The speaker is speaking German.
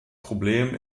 problem